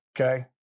Okay